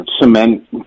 Cement